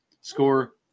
Score